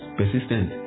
persistent